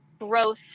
growth